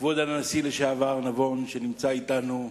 כבוד הנשיא לשעבר נבון, שנמצא אתנו,